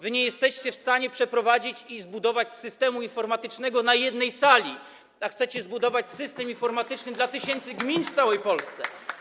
Wy nie jesteście w stanie wprowadzić, zbudować systemu informatycznego na jednej sali, a chcecie zbudować system informatyczny dla tysięcy gmin w całej Polsce.